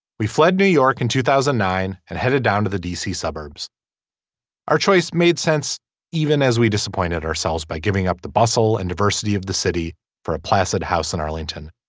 we fled new york in two thousand and nine and headed down to the d c. suburbs our choice made sense even as we disappointed ourselves by giving up the bustle and diversity of the city for a placid house in arlington.